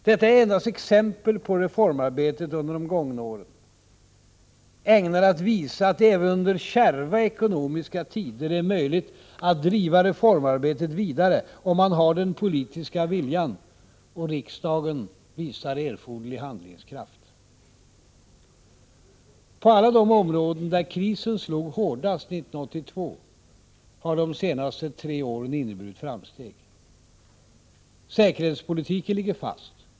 Detta är endast exempel på reformarbetet under de gångna åren, ägnade att visa att det även under kärva ekonomiska tider är möjligt att driva reformarbetet vidare om man har den politiska viljan och om riksdagen visar erforderlig handlingskraft. På alla de områden där krisen slog hårdast 1982 har de senaste tre åren inneburit framsteg. Säkerhetspolitiken ligger fast.